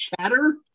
chatter